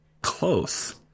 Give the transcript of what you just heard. Close